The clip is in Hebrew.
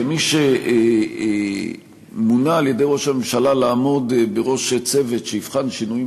כמי שמונה על-ידי ראש הממשלה לעמוד בראש צוות שיבחן שינויים